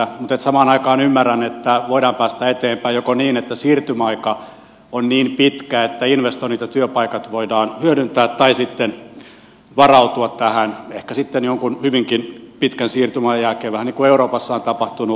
mutta samaan aikaan ymmärrän että voidaan päästä eteenpäin niin että siirtymäaika on niin pitkä että investoinnit ja työpaikat voidaan hyödyntää tai sitten voidaan varautua tähän ehkä sitten jonkun hyvinkin pitkän siirtymäajan jälkeen vähän niin kuin euroopassa on tapahtunut